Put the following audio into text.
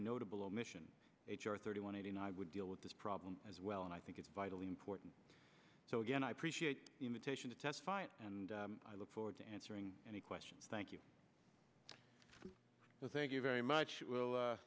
notable omission h r thirty one eighty nine i would deal with this problem as well and i think it's vitally important so again i appreciate the invitation to testify and i look forward to answering any questions thank you thank you very much will